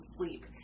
sleep